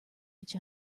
each